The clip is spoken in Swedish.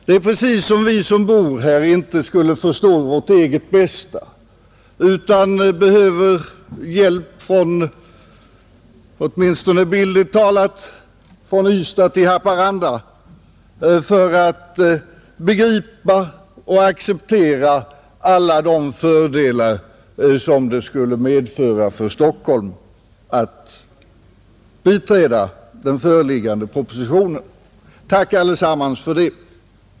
Det är precis som om vi som bor här inte skulle förstå vårt eget bästa utan behöva hjälp åtminstone bildligt talat från Ystad till Haparanda för att begripa och acceptera alla de fördelar som det skulle medföra för Stockholm att biträda den föreliggande propositionen. Tack allesammans för det!